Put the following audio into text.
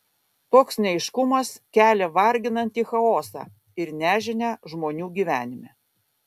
toks neaiškumas kelia varginantį chaosą ir nežinią žmonių gyvenime